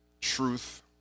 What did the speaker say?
Truth